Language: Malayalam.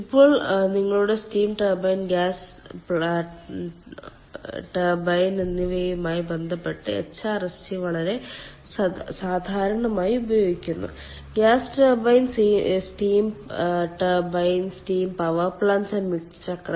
ഇപ്പോൾ നിങ്ങളുടെ സ്റ്റീം ടർബൈൻ ഗ്യാസ് ടർബൈൻ എന്നിവയുമായി ബന്ധപ്പെട്ട് HRSG വളരെ സാധാരണയായി ഉപയോഗിക്കുന്നു gas turbine steam turbine steam power plant സംയുക്ത ചക്രം